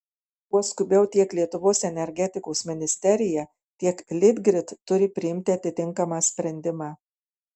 kuo skubiau tiek lietuvos energetikos ministerija tiek litgrid turi priimti atitinkamą sprendimą